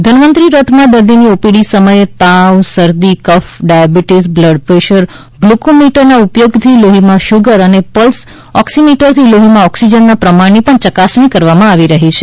ધન્વંતરી રથમાં દર્દીની ઓપીડી સમયે તાવ શરદી કફ ડાયાબિટીસ બ્લડપ્રેશર ગ્લુકોમીટરના ઉપયોગથી લોહીમાં શુગર અને પલ્સ ઓક્સિમીટરથી લોહીમાં ઓક્સિજનના પ્રમાણની પણ ચકાસણી કરવામાં આવી રહી છે